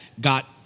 got